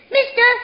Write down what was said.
Mister